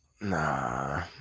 Nah